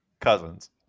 Cousins